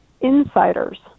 insiders